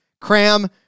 Cram